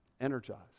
Energized